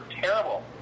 terrible